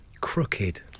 Crooked